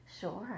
Sure